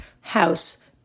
House